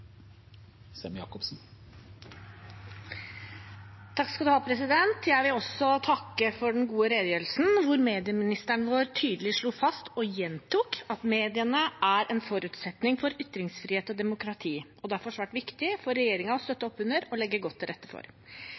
Jeg vil også takke for den gode redegjørelsen, hvor medieministeren vår tydelig slo fast, og gjentok, at mediene er en forutsetning for ytringsfrihet og demokrati, og at det derfor er svært viktig for regjeringen å støtte opp under og legge godt til rette for